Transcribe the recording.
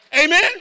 Amen